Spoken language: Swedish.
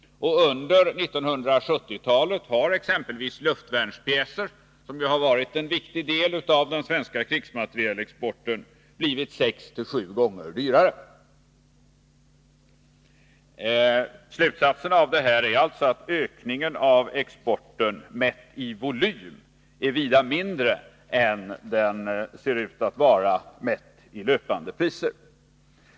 Under 1970-talet har exempelvis luftvärnspjäser, som har varit en viktig del av den svenska krigsmaterielexporten, blivit sex sju gånger dyrare. Slutsatsen av detta är alltså att ökningen av exporten mätt i volym är vida mindre än den ser ut att vara mätt i löpande priser.